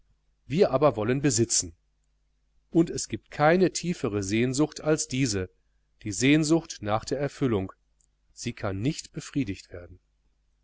wir aber wollen besitzen und es gibt keine tiefere sehnsucht als diese die sehnsucht nach der erfüllung sie kann nicht befriedigt werden